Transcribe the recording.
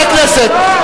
אנס.